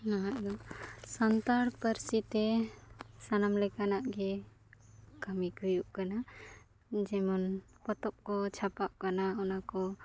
ᱱᱟᱦᱟᱜ ᱫᱚ ᱥᱟᱱᱛᱟᱲ ᱯᱟᱹᱨᱥᱤᱛᱮ ᱥᱟᱱᱟᱢ ᱞᱮᱠᱟᱱᱟᱜ ᱜᱮ ᱠᱟᱹᱢᱤ ᱠᱚ ᱦᱩᱭᱩᱜ ᱠᱟᱱᱟ ᱡᱮᱢᱚᱱ ᱯᱚᱛᱚᱵ ᱠᱚ ᱪᱷᱟᱯᱟᱜ ᱠᱟᱱᱟ ᱚᱱᱟ ᱠᱚ